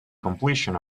completion